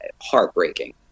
heartbreaking